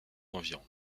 environ